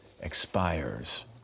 expires